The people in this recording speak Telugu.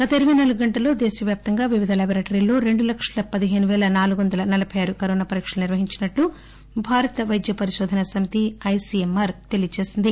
గత ఇరపై నాలుగు గంటల్లో దేశవ్యాప్తంగా వివిధ ల్యాబొరేటరీలలో రెండు లక్షల పదిహేను పేల నాలుగు వందల నలబై ఆరు కరోనా పరీక్షలు నిర్వహించినట్టు భారత పైద్య పరిశోధనా సమితి ఐసీఎంఆర్ తెలియచేసింది